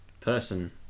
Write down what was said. person